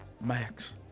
Max